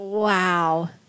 Wow